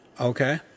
Okay